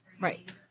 Right